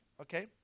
Okay